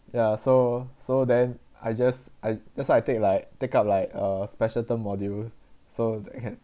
ya so so then I just I that's why I take like take up like a special term module so that I can